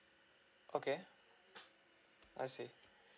okay I see